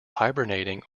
hibernating